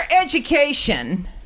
education